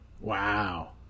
Wow